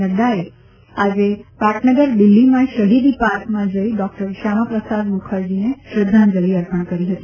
નફાએ આજે પાટનગર દિલ્હીમાં શહિદી પાર્કમાં જઇ ડોક્ટર શ્યામાપ્રસાદ મુખરજીને શ્રદ્ધાંજલી અર્પણ કરી હતી